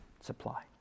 supply